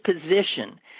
position